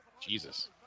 Jesus